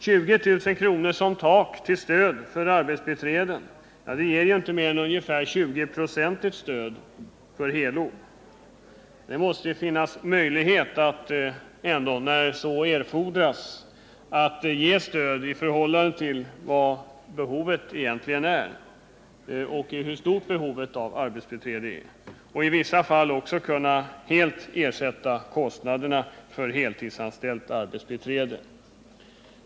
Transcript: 20 000 kr. som tak när det gäller stöd i form av arbetsbiträde innebär inte mer än ungefär ett tjugoprocentigt stöd för helt år. Det måste finnas möjlighet att när så erfordras ge stöd i förhållande till hur stort behovet är av arbetsbiträde. I vissa fall måste man kunna helt ersätta kostnaden för heltidsanställt arbetsbiträde.